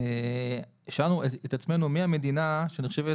שאלנו את עצמנו מי המדינה שנחשבת